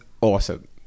awesome